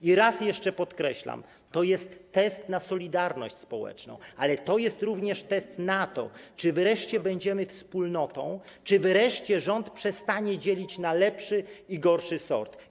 I raz jeszcze podkreślam: to jest test na solidarność społeczną, ale to jest również test na to, czy wreszcie będziemy wspólnotą, czy wreszcie rząd przestanie dzielić na lepszy i gorszy sort.